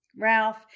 Ralph